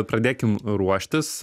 pradėkim ruoštis